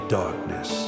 darkness